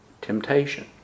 temptation